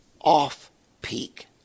off-peak